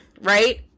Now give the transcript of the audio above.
right